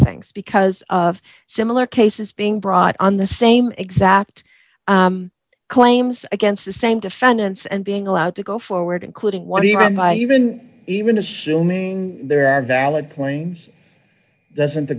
things because of similar cases being brought on the same exact claims against the same defendants and being allowed to go forward including what do you mean by even even assuming there are valid claims doesn't